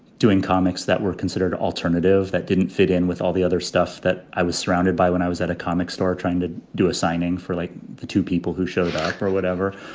doing comics that were considered alternative, that didn't fit in with all the other stuff that i was surrounded by when i was at a comic store trying to do a signing for like the two people who showed up or whatever,